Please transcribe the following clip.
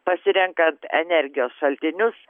pasirenkant energijos šaltinius